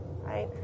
right